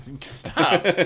Stop